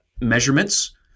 measurements